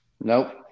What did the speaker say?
Nope